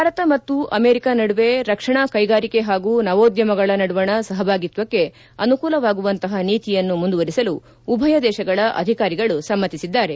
ಭಾರತ ಮತ್ತು ಅಮೆರಿಕ ನಡುವೆ ರಕ್ಷಣಾ ಕೈಗಾರಿಕೆ ಹಾಗೂ ನವೋದ್ದಮಗಳ ನಡುವಣ ಸಹಭಾಗಿತ್ವಕ್ಕೆ ಅನುಕೂಲವಾಗುವಂತಹ ನೀತಿಯನ್ನು ಮುಂದುವರೆಸಲು ಉಭಯ ದೇಶಗಳ ಅಧಿಕಾರಿಗಳು ಸಮ್ಮತಿಸಿದ್ದಾರೆ